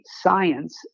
science